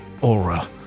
aura